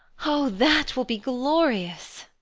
oh, that will be glorious!